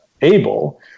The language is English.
able